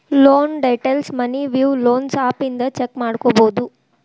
loan ಡೇಟೈಲ್ಸ್ನ money view loans app ಇಂದ check ಮಾಡ್ಕೊಬೋದು